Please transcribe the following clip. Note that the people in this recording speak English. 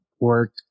work